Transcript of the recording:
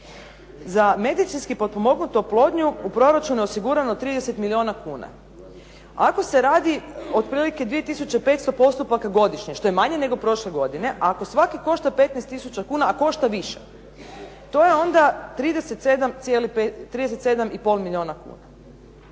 Za medicinski potpomognutu oplodnju u proračunu je osigurano 30 milijuna kuna. Ako se radi otprilike 2500 postupaka godišnje, što je manje nego prošle godine, ako svaki košta 15 tisuća kuna, a košta više, to je onda 37 i pol milijuna kuna.